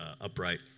upright